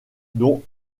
dont